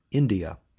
india,